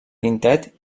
quintet